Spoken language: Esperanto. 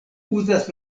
uzas